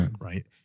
right